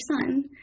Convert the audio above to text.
son